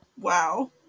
Wow